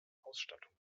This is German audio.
ausstattung